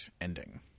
ending